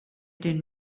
den